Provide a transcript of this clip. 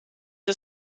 are